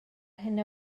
hyn